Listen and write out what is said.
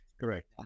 Correct